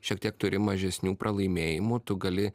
šiek tiek turi mažesnių pralaimėjimų tu gali